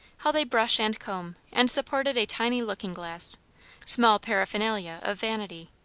held a brush and comb, and supported a tiny looking-glass small paraphernalia of vanity.